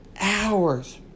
hours